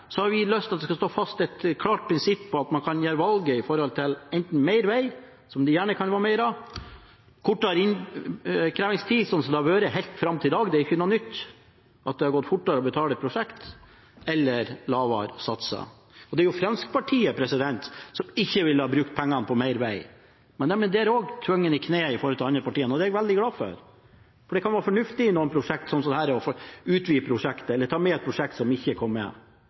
så har vi lyst til at det skal stå fast et klart prinsipp om at man kan gjøre valget: enten mer vei, som det gjerne kan være mer av, kortere innkrevingstid, sånn som det har vært helt fram til i dag – det er ikke noe nytt at det har gått fortere å betale prosjekt – eller lavere satser. Og det er Fremskrittspartiet som ikke har villet bruke pengene på mer vei, men de er der også tvunget i kne av de andre partiene, og det er jeg veldig glad for. For det kan være fornuftig i noen prosjekter, sånn som dette, å utvide prosjektet eller ta med et prosjekt som ikke kom med.